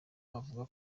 avuga